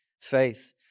faith